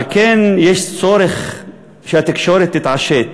על כן, יש צורך שהתקשורת תתעשת